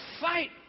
fight